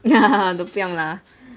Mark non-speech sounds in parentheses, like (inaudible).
(laughs) 不用啦